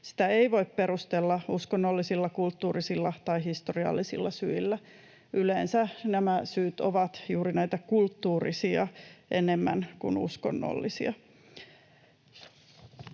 Sitä ei voi perustella uskonnollisilla, kulttuurisilla tai historiallisilla syillä. Yleensä nämä syyt ovat juuri näitä kulttuurisia enemmän kuin uskonnollisia.